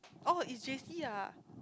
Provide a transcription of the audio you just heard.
orh is J_C ah